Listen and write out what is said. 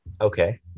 Okay